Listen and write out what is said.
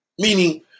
Meaning